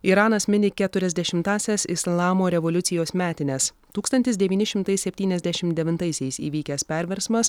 iranas mini keturiasdešimtąsias islamo revoliucijos metines tūkstantis devyni šimtai septyniasdešim devintaisiais įvykęs perversmas